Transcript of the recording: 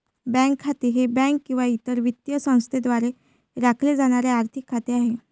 bank खाते हे bank किंवा इतर वित्तीय संस्थेद्वारे राखले जाणारे आर्थिक खाते आहे